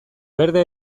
berde